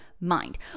mind